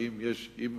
שאם